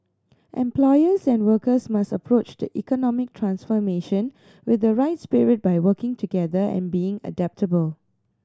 employers and workers must approach the economic transformation with the right spirit by working together and being adaptable